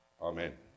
amen